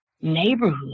neighborhood